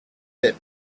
that